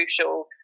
crucial